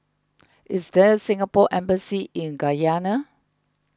is there a Singapore Embassy in Guyana